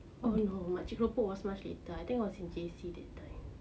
oh no makcik keropok was much later I think was in J_C that time